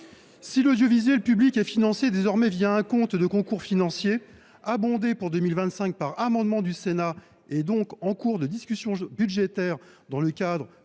! L’audiovisuel public est financé désormais un compte de concours financiers, abondé pour 2025 par un amendement au Sénat, donc en cours de discussion dans le cadre